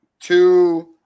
Two